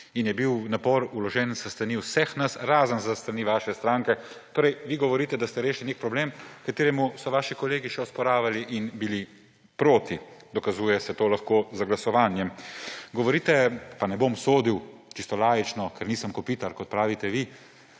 in je bil napor vložen s strani vseh nas, razen s strani vaše stranke. Torej, vi govorite, da ste rešili nek problem, kateremu so vaši kolegi še osporavali in bili proti. Dokazuje se to lahko z glasovanjem. Govorite – pa ne bom sodil, čisto laično, ker nisem Kopitar, kot pravite vi